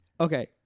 Okay